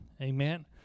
Amen